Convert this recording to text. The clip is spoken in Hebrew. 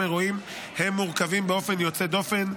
אירועים הם מורכבים באופן יוצא דופן,